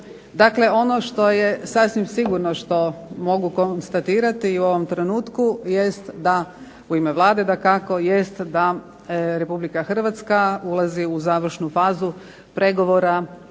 Dakle, ono što je sasvim sigurno što mogu konstatirati u ovom trenutku jest da u ime Vlade dakako jest da Republika Hrvatska ulazi u završnu fazu pregovora